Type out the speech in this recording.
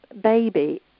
baby